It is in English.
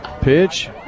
Pitch